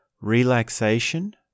relaxation